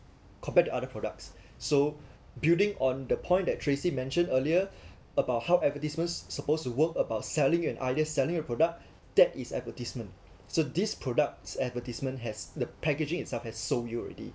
compared to other products so building on the point that tracy mentioned earlier about how advertisements supposed to work about selling and ideas selling a product that is advertisement so these products advertisement has the packaging itself has sold you already